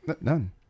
None